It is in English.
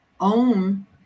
own